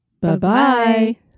Bye-bye